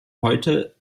heute